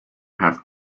have